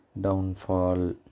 downfall